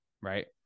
Right